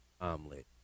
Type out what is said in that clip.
omelet